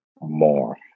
more